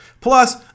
Plus